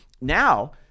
now